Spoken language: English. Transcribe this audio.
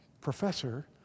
professor